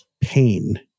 pain